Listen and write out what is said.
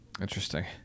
Interesting